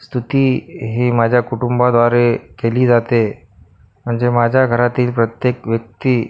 स्तुती ही माझ्या कुटुंबाद्वारे केली जाते म्हणजे माझ्या घरातील प्रत्येक व्यक्ती